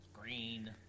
green